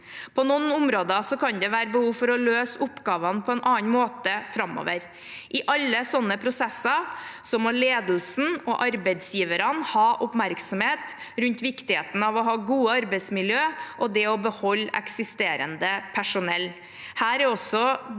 På noen områder kan det være behov for å løse oppgavene på en annen måte framover. I alle slike prosesser må ledelsen og arbeidsgiverne ha oppmerksomhet rundt viktigheten av å ha gode arbeidsmiljøer og det å beholde eksisterende personell.